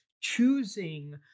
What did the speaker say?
choosing